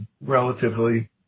relatively